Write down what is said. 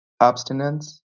abstinence